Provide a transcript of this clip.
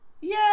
yay